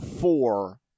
four